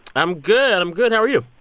i'm good. and i'm good. how are you?